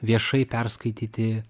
viešai perskaityti